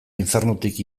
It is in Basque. infernutik